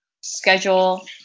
schedule